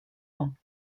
ouen